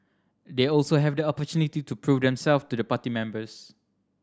they also have the opportunity to prove themselves to the party members